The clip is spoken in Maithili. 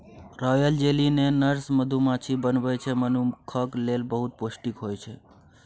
रॉयल जैली जे नर्स मधुमाछी बनबै छै मनुखक लेल बहुत पौष्टिक होइ छै